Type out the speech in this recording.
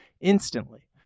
instantly